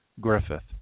Griffith